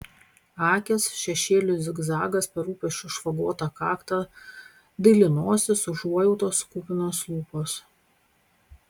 akys šešėlių zigzagas per rūpesčių išvagotą kaktą daili nosis užuojautos kupinos lūpos